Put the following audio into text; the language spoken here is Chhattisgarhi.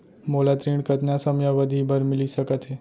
मोला ऋण कतना समयावधि भर मिलिस सकत हे?